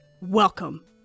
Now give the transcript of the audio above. Welcome